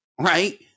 right